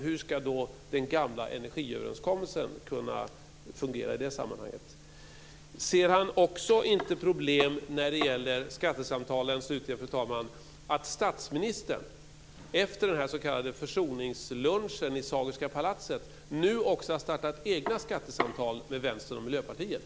Hur ska den gamla energiöverenskommelsen kunna fungera i det sammanhanget? Slutligen, fru talman: Ser finansministern inte heller problem med att statsministern efter den s.k. försoningslunchen i Sagerska palatset nu också har startat egna skattesamtal med Vänstern och Miljöpartiet?